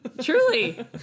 Truly